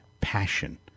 passion